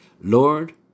Lord